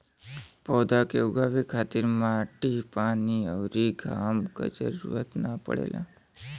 पौधा के उगावे खातिर माटी पानी अउरी घाम क जरुरत ना पड़ेला